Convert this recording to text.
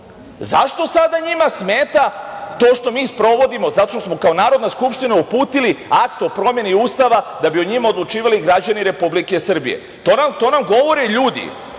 sada njima smeta to što mi sprovodimo. Zato što smo kao Narodna skupština uputili Akt o promeni Ustava da bi o njima odlučivali građani Republike Srbije. To nam govore ljudi